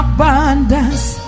Abundance